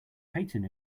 patent